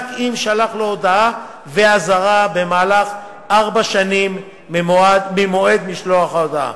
אם שלח לו הודעה ואזהרה במהלך ארבע שנים ממועד משלוח ההודעה,